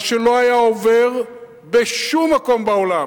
מה שלא היה עובר בשום מקום בעולם,